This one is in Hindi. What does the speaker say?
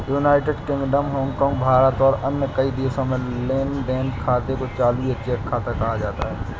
यूनाइटेड किंगडम, हांगकांग, भारत और कई अन्य देशों में लेन देन खाते को चालू या चेक खाता कहा जाता है